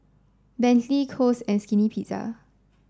Bentley Kose and Skinny Pizza